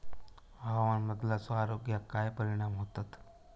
हवामान बदलाचो आरोग्याक काय परिणाम होतत?